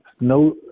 no